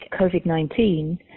COVID-19